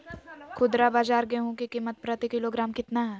खुदरा बाजार गेंहू की कीमत प्रति किलोग्राम कितना है?